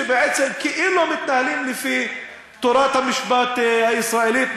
שכאילו מתנהלים לפי תורת המשפט הישראלית,